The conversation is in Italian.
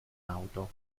auto